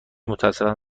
متاسفم